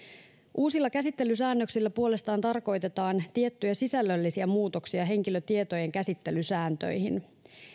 uusilla käsittelysäännöksillä puolestaan tarkoitetaan tiettyjä sisällöllisiä muutoksia henkilötietojen käsittelysääntöihin